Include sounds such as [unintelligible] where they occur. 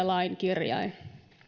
[unintelligible] lain kirjain